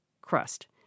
crust